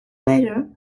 later